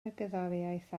gerddoriaeth